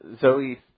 Zoe